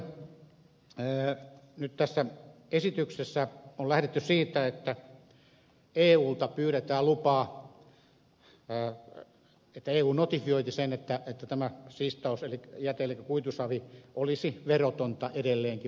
näin ollen nyt tässä esityksessä on lähdetty siitä että eulta pyydetään lupaa että eu notifioisi sen että tämä siistausjäte eli kuitusavi olisi verotonta edelleenkin vastaisuudessa